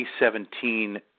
2017